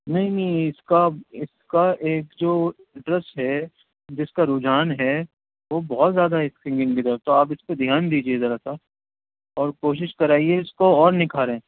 نہیں نہیں اس کا اس کا ایک جو ایڈریس ہے جس کا رجحان ہے وہ بہت زیادہ ہے سنگنگ کی طرف تو آپ اس کو دھیان دیجیے ذرا سا اور کوشش کرائیے اس کو اور نکھاریں